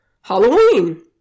Halloween